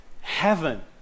Heaven